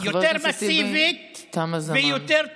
יותר מסיבית ויותר טובה,